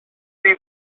see